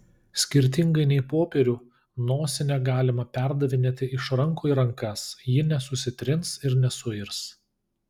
skirtingai nei popierių nosinę galima perdavinėti iš rankų į rankas ji nesusitrins ir nesuirs